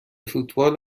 فوتبال